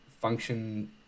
function